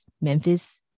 memphis